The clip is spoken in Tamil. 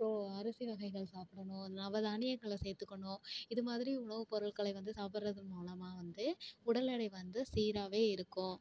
அப்புறோம் அரிசி வகைகள் சாப்பிடணும் நவதானியங்கள சேர்த்துக்கணும் இது மாதிரி உணவு பொருட்களை வந்து சாப்பிட்றது மூலமா வந்து உடல் எடை வந்து சீராவே இருக்கும்